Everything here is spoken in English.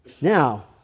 Now